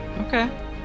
Okay